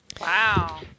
Wow